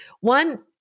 one